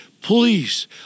Please